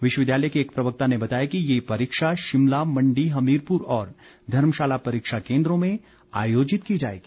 विश्वविद्यालय के एक प्रवक्ता ने बताया कि ये परीक्षा शिमला मंडी हमीरपुर और धर्मशाला परीक्षा केन्द्रों में आयोजित की जाएगी